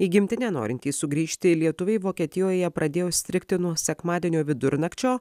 į gimtinę norintys sugrįžti lietuviai vokietijoje pradėjo strigti nuo sekmadienio vidurnakčio